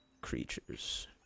creatures